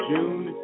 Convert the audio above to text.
June